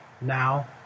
Now